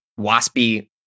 WASPy